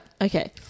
Okay